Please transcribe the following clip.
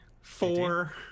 Four